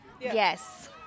yes